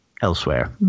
elsewhere